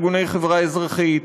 ארגוני חברה אזרחית,